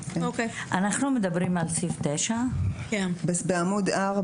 אנחנו מדברים על תיקון התוספת הראשונה שבעמוד 4,